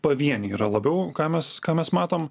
pavieniai yra labiau ką mes ką mes matom